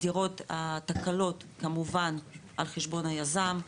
בדירות, התקלות, כמובן על חשבון היזם,